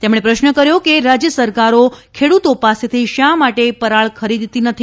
તેમણે પ્રશ્ન કર્યો હતો કે રાજય સરકારો ખેડૂતો પાસેથી શા માટે પરાળ ખરીદતી નથી